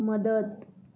मदत